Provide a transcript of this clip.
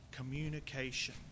Communication